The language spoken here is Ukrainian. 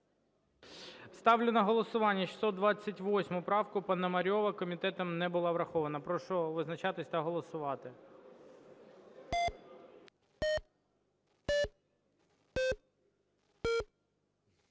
Ставлю на голосування 628 правку Пономарьова. Комітетом не була врахована. Прошу визначатися та голосувати.